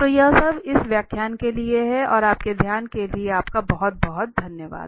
तो यह सब इस व्याख्यान के लिए है और आपके ध्यान के लिए बहुत धन्यवाद